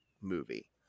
movie